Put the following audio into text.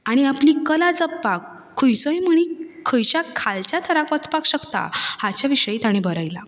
आनी आपली कला जगपाक खंयचोय मनीस खंयच्या खालच्या थराक वचपाक शकता हाचे विशीं ताणी बरयलां